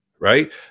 right